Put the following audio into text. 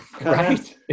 right